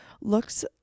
looks